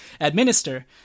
administer